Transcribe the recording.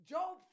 Job